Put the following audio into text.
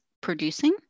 producing